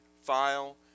file